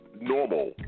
normal